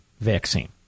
vaccine